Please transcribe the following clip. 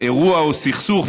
אירוע או סכסוך,